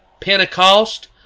Pentecost